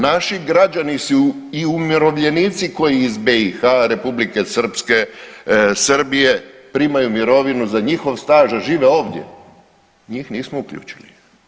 Naši građani su i umirovljenici kao iz BiH, Republike Srpske, Srbije primaju mirovinu za njihov staž, a žive ovdje, njih nismo uključili.